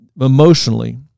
emotionally